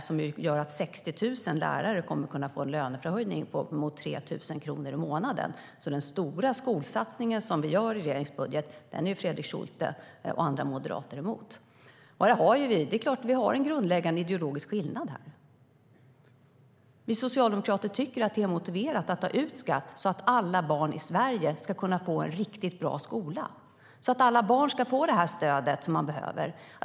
Den innebär att 60 000 lärare kommer att kunna få en löneförhöjning på uppemot 3 000 kronor i månaden. Den stora skolsatsning vi gör i regeringens budget är alltså Fredrik Schulte och andra moderater emot. Här har vi en grundläggande ideologisk skillnad. Vi socialdemokrater tycker att det är motiverat att ta ut skatt så att alla barn i Sverige ska kunna få en riktigt bra skola. Alla barn ska få det stöd de behöver.